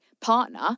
partner